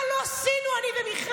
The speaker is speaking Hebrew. מה לא עשינו, אני ומיכל.